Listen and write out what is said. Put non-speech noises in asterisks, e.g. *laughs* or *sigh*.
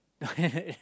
*laughs*